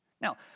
Now